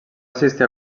assistir